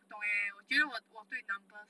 不懂 eh 我觉得我对 numbers